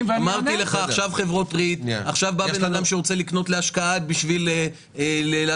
אמרתי לך שבא אדם שרוצה לקנות להשקעה, להשכרה.